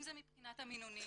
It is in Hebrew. אם זה מבחינת המינונים,